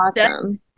awesome